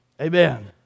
Amen